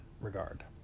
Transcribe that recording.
regard